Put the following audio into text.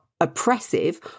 oppressive